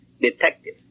detective